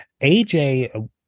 AJ